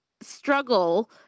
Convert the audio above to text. struggle